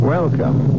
Welcome